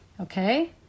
Okay